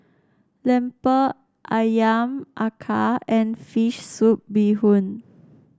lemper ayam acar and fish soup Bee Hoon